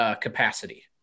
capacity